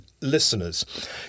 listeners